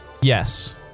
Yes